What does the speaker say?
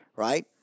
right